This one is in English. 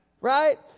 right